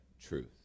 truth